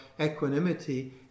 equanimity